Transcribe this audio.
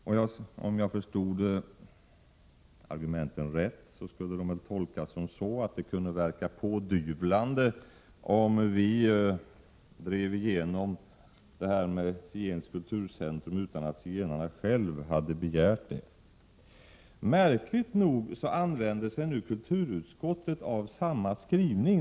Om jag förstod argumenten rätt så skulle de väl tolkas som att det kunde verka som ett pådyvlande om riksdagen drev genom frågan om ett zigenskt kulturcentrum utan att zigenarna själva hade begärt det. Märkligt nog använder sig kulturutskottet nu av samma skrivning.